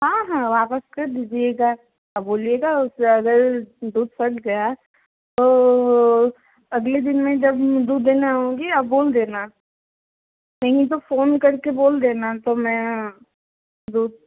हाँ हाँ वापस कर दीजिएगा बोलिएगा उस अगर दूध फट गया तो अगले दिन मैं जब दूध देने आऊँगी आप बोल देना नहीं तो फ़ोन करके बोल देना तो मैं दूध